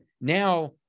now